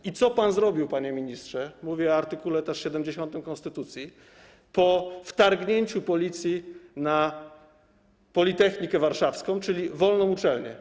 I co pan zrobił, panie ministrze - mówię też o art. 70 konstytucji - po wtargnięciu policji na Politechnikę Warszawską, czyli wolną uczelnię?